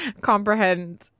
comprehend